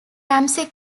ramsey